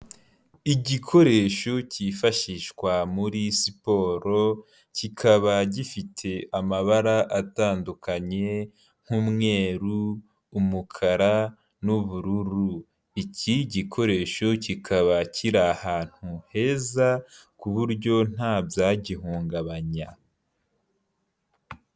Igikoresho cyifashishwa muri siporo, kikaba gifite amabara atandukanye, nk'umweru umukara n'ubururu, iki gikoresho kikaba kiri ahantu heza, ku buryo nta byagihungabanya.